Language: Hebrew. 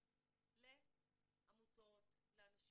לעמותות, לאנשים.